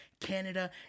Canada